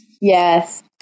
Yes